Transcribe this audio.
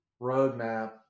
roadmap